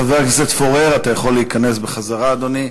חבר הכנסת פורר, אתה יכול להיכנס בחזרה, אדוני.